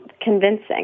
convincing